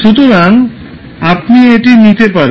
সুতরাং আপনি এটি নিতে পারেন